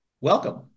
Welcome